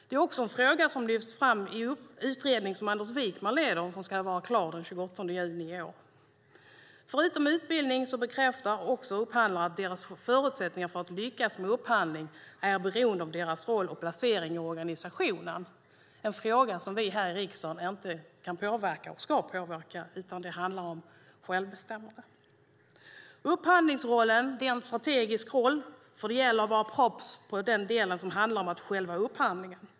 Det är också en fråga som lyfts fram i utredningen som Anders Wijkman leder och som ska vara klar den 28 juni i år. Förutom utbildning bekräftar upphandlare att deras förutsättningar för att lyckas med upphandlingar är beroende av deras roll och placering i organisationen. Det är en fråga som vi här i riksdagen inte kan eller ska påverka, utan det handlar om självbestämmande. Upphandlingsrollen är en strategisk roll, för det gäller att vara proffs på den del som handlar om själva upphandlingen.